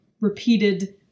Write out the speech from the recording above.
repeated